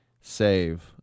save